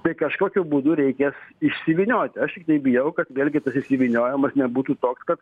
tai kažkokiu būdu reikės išsivynioti aš tikai bijau kad vėlgi tas išsivyniojamas nebūtų toks kad